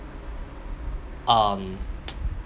um